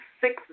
six